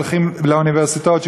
הולכים לאוניברסיטאות,